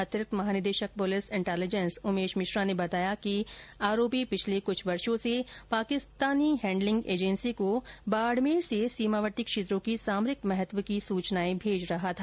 अतिरिक्त महानिदेश police intelligence Umesh Mishra ने बताया कि आरोपी पिछले कुछ वर्षो से पाकिस्तानी हैण्डलिंग एजेंसी को बाड़मेर से सीमावर्ती क्षेत्रों की सामरिक महत्व की सूचनाएं भेज रहा था